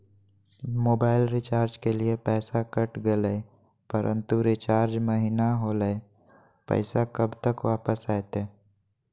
Mobile recharge के लिए पैसा कट गेलैय परंतु रिचार्ज महिना होलैय, पैसा कब तक वापस आयते?